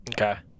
Okay